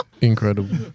Incredible